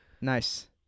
nice